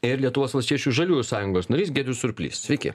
ir lietuvos valstiečių žaliųjų sąjungos narys giedrius surplys sveiki